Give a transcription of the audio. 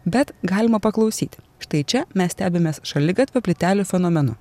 bet galima paklausyti štai čia mes stebimės šaligatvio plytelių fenomenu